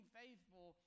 faithful